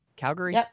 Calgary